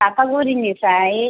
सापागुरिनिफ्राय